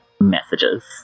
messages